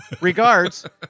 Regards